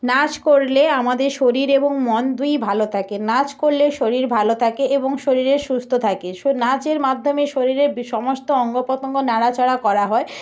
নাচ করলে আমাদের শরীর এবং মন দুই ভালো থাকে নাচ করলে শরীর ভালো থাকে এবং শরীরের সুস্থ থাকে নাচের মাধ্যমে শরীরের সমস্ত অঙ্গ প্রত্যঙ্গ নাড়াচাড়া করা হয়